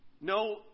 No